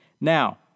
Now